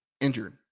Injured